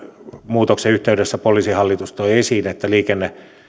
muutoksen yhteydessä poliisihallitus toi esiin että